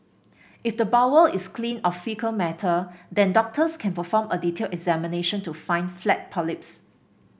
if the bowel is clean of faecal matter then doctors can perform a detailed examination to find flat polyps